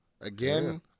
Again